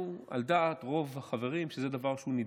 על דעת רוב החברים שזה דבר שהוא נדרש.